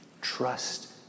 Trust